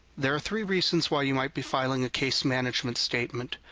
there are three reasons why you might be filing a case management statement.